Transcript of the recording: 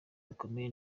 bikomeye